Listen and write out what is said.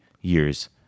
years